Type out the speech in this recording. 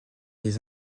les